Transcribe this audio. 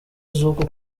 z’uku